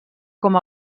com